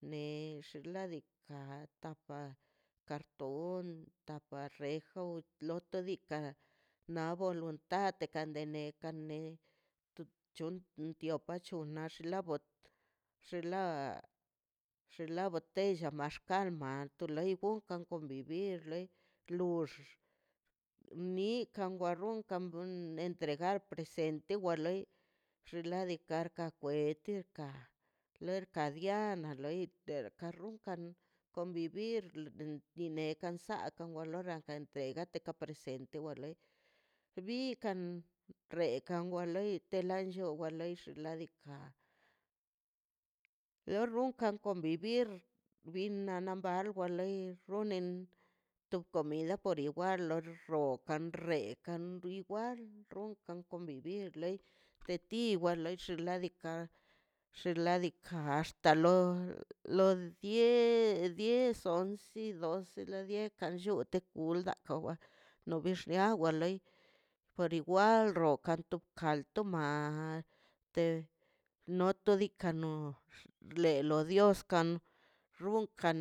Next landika tapa karton tapa reja loto diikaꞌ na voluntad de kandene ke kande tiopa chona' xla bot xen la xenla botella maxkal man tu loi gan convivir rloi lux nikan wan ronkan kan bun entregar presente wa loi xinladika ka kwete ka lorka di yana loi te karun kan vivr rl bien cansad kan lor wa gent katega presidente wa loi bikan rekan wa loi te lanlloi wai lloix ladika la runkan ka convivir bin na na wa lei runen to comida por igual or rro kan rrekan igual kan convivir te ti wa loix ladika xen ladika axta lo lo die diez one doce ladie kan llu te kulga owa no bex nia wa loi por igual rokan to kal to ma no to diikaꞌ no le lo dioskan runkan